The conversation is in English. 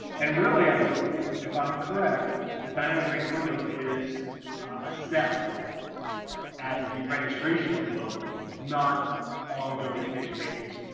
and really i believe if i'm correct the dynamic range window is assessed at the registration of the modem not ongoing station maintenance,